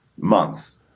Months